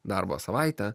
darbo savaitę